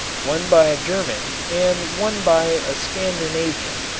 one by a german and one by a scandinavian,